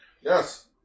Yes